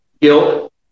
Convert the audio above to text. Guilt